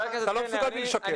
אתה לא מסוגל בלי לשקר.